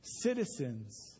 citizens